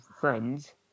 friends